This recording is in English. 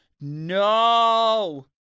No